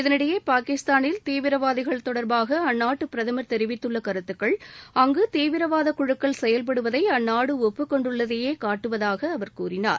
இதனிடையே பாகிஸ்தானில் தீவிரவாதிகள் தொடர்பாக அந்நாட்டு பிரதமர் தெரிவித்துள்ள கருத்துக்கள் அங்கு தீவிரவாத குழுக்கள் செயல்படுவதை அந்நாடு ஒப்புக்கொண்டுள்ளதையே காட்டுவதாக அவர் கூறினார்